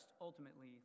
ultimately